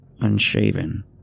Unshaven